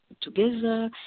together